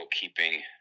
keeping